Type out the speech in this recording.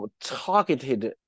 targeted